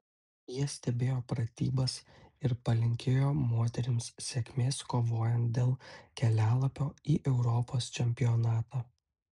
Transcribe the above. jie stebėjo pratybas ir palinkėjo moterims sėkmės kovojant dėl kelialapio į europos čempionatą